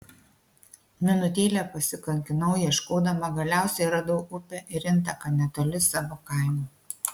minutėlę pasikankinau ieškodama galiausiai radau upę ir intaką netoli savo kaimo